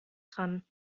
dran